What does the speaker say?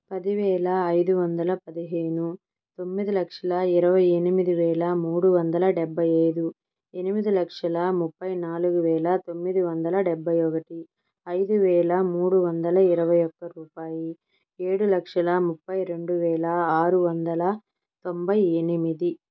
పదివేల ఐదువందల పదిహేను తొమ్మిది లక్షల ఇరవై ఎనిమిది వేల మూడువందల డెబ్భై ఐదు ఎనిమిది లక్షల ముప్పై నాలుగు వేల తొమ్మిది వందల డెబ్భై ఒకటి ఐదు వేల మూడు వందల ఇరవై ఒక్క రూపాయి ఏడు లక్షల ముప్పై రెండు వేల ఆరు వందల తొంభై ఎనిమిది